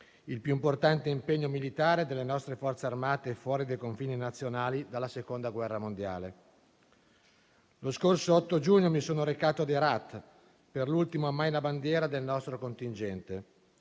il più importante impegno militare delle nostre Forze armate fuori dai confini nazionali dalla Seconda guerra mondiale. Lo scorso 8 giugno mi sono recato ad Herat per l'ultimo ammaina bandiera del nostro contingente: